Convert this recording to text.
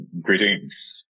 greetings